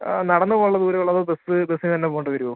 ആ നടന്ന് പോവാനുള്ള ദൂരമേ ഉള്ളതോ ബസ് ബസിനെന്നെ പോകേണ്ടി വരോ